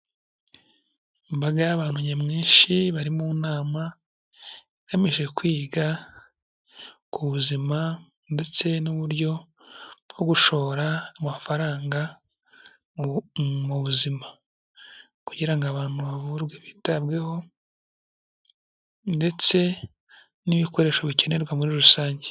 Imbaga y'abantu nyamwinshi bari mu nama, igamije kwiga ku buzima ndetse n'uburyo bwo gushora amafaranga mu buzima, kugira ngo abantu bavurwe bitabweho ndetse n'ibikoresho bikenerwa muri rusange.